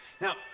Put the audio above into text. Now